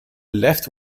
left